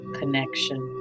connection